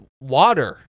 water